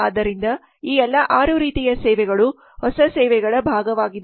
ಆದ್ದರಿಂದ ಈ ಎಲ್ಲಾ 6 ರೀತಿಯ ಸೇವೆಗಳು ಹೊಸ ಸೇವೆಗಳ ಭಾಗವಾಗಿದೆ